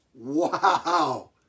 Wow